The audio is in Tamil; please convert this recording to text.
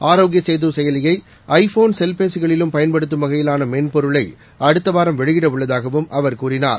ஆரோக்கிய சேது செயலியை ஐ போன் செல்பேசிகளிலும் பயன்படுத்தும் வகையிலான மென்பொருளை அடுத்தவாரம் வெளியிட உள்ளதாகவும் அவர் கூறினார்